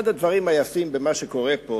אחד הדברים היפים במה שקורה פה